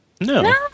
No